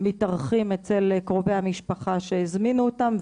מתארכים אצל קרובי המשפחה שהזמינו אותם,